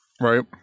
right